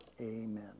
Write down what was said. Amen